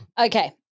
Okay